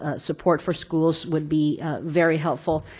ah support for schools would be very helpful.